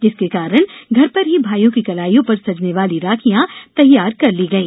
जिसके कारण घर पर ही भाईयों की कलाइयों पर सजने वाली राखियां तैयार कर ली गई